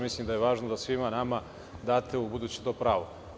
Mislim da je važno da svima nama date ubuduće to pravo.